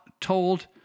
told